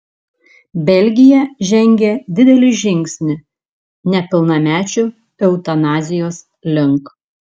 belgija žengė didelį žingsnį nepilnamečių eutanazijos link